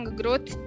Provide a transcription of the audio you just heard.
growth